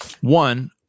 One